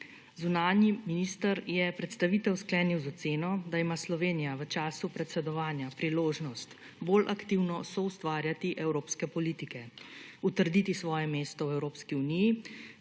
Zunanji minister je predstavitev sklenil z oceno, da ima Slovenija v času predsedovanja priložnost bolj aktivno soustvarjati evropske politike, utrditi svoje mesto v Evropski uniji,